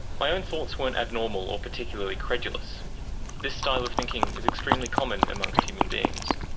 my own thoughts weren't abnormal or particularly credulous this style of thinking is extremely common amongst human beings.